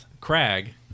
Crag